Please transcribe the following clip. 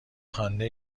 خوانده